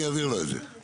אני אעביר לו את זה.